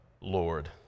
Lord